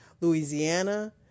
Louisiana